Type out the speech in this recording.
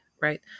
Right